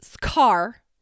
car